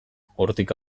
hortik